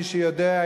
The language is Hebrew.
מי שיודע,